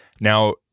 Now